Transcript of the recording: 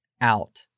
out